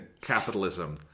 capitalism